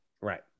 Right